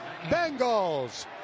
Bengals